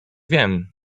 wiem